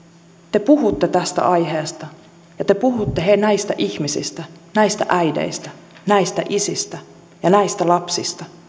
te puhutte tästä aiheesta ja te puhutte näistä ihmisistä näistä äideistä näistä isistä ja näistä lapsista